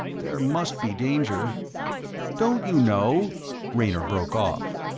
there must be danger don't you know raynor broke off.